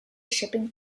shipping